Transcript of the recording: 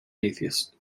atheist